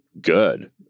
good